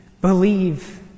believe